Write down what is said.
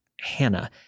Hannah